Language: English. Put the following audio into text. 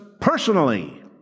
personally